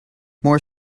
more